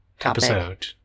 episode